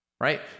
right